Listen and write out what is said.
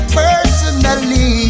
personally